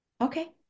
okay